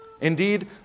Indeed